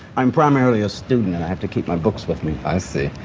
i'm primarily a student. i have to keep my books with me. i see.